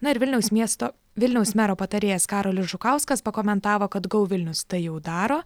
na ir vilniaus miesto vilniaus mero patarėjas karolis žukauskas pakomentavo kad go vilnius tai jau daro